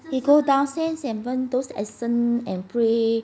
you go downstairs and burn those incense and pray